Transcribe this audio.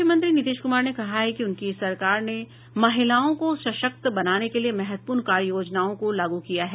मुख्यमंत्री नीतीश कुमार ने कहा है कि उनकी सरकार ने महिलाओं को सशक्त बनाने के लिए महत्वपूर्ण कार्ययोजनाओं को लागू किया है